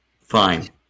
Fine